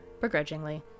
begrudgingly